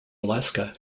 alaska